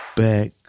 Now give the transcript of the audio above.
back